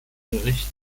bericht